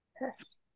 Yes